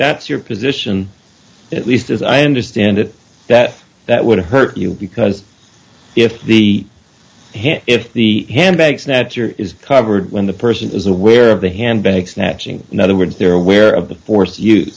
that's your position at least as i understand it that that would hurt you because if the hit if the handbag snatcher is covered when the person is aware of the handbag snatching in other words they're aware of the force